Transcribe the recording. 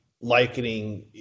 likening